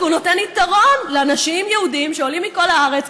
כי הוא נותן יתרון לאנשים יהודים שעולים מכל הארץ,